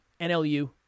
NLU